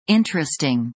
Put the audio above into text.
Interesting